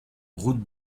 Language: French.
route